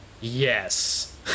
Yes